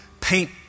paint